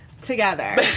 together